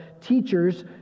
teachers